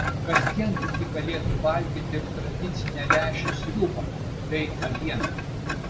kasdien ji galėtų valgyti ir tradicinę lęšių sriubą bei avieną